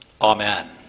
Amen